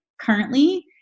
currently